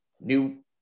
new